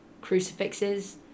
crucifixes